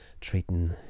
treating